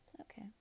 okay